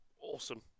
Awesome